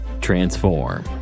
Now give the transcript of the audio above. Transform